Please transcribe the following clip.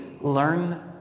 learn